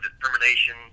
determination